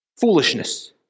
foolishness